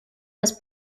was